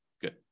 Good